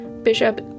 Bishop